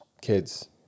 kids